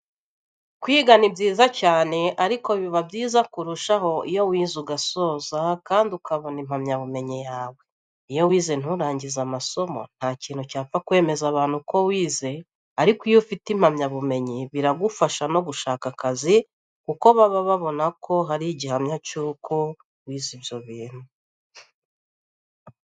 Kwiga ni byiza cyane ariko biba byiza kurushaho iyo wize ugasoza kandi ukabona impamyabumenyi yawe. Iyo wize nturangize amasomo, nta kintu cyapfa kwemeza abantu ko wize ariko iyo ufite impamyabumenyi biragufasha no gushaka akazi kuko baba babona ko hari igihamya cy'uko wize ibyo bintu.